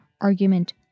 argument